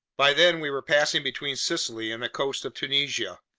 by then we were passing between sicily and the coast of tunisia.